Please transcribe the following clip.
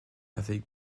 avec